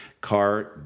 Car